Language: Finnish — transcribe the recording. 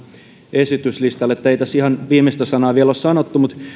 esityslistalla että ei tässä ihan viimeistä sanaa vielä ole sanottu mutta